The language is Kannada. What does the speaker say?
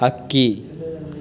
ಹಕ್ಕಿ